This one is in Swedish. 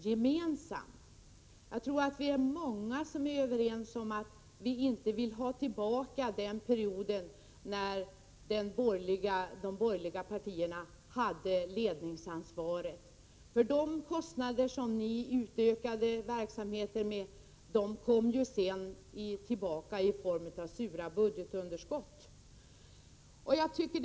Vi är nog många som är överens om att vi inte vill ha tillbaka den period när de borgerliga partierna hade ledningsansvaret. De kostnader som verksamheten då utökades med kom ju senare tillbaka i form av stora budgetunderskott, som vi surt fick betala.